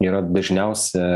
yra dažniausia